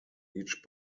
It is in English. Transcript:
each